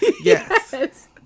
yes